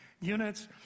units